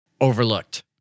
overlooked